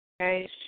Okay